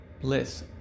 bliss